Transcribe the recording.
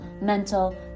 mental